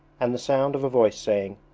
and the sound of a voice saying,